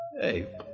Hey